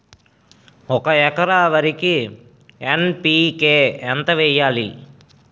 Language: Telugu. ఒక ఎకర వరికి ఎన్.పి.కే ఎంత వేయాలి?